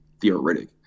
theoretic